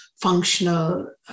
functional